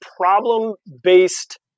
problem-based